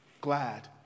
glad